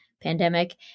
Pandemic